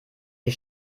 die